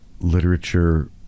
literature